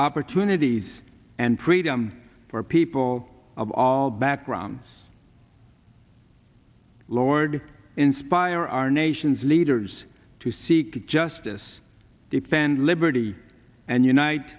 opportunities and freedom for people of all backgrounds lord inspire our nation's leaders to seek justice defend liberty and unite